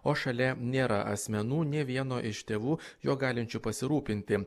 o šalia nėra asmenų nė vieno iš tėvų juo galinčiu pasirūpinti